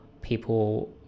people